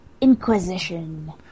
Inquisition